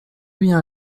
bien